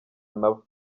nabo